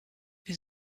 wie